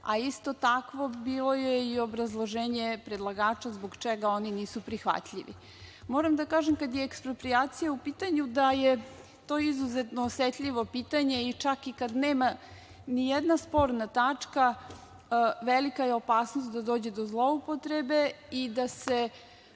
a isto takvo bilo je obrazloženje predlagača zbog čega oni nisu prihvatljivi. Kada je eksproprijacija u pitanju, to je izuzetno osetljivo pitanje, čak i kada nema ni jedna sporna tačka, velika je opasnost da dođe do zloupotrebe i da se